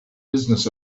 business